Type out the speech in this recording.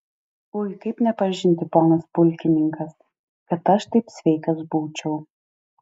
ui kaip nepažinti ponas pulkininkas kad aš taip sveikas būčiau